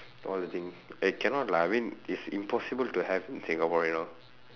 all the things eh cannot lah I mean it's impossible to have in singapore you know